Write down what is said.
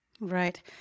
Right